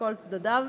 מכל צדדיו.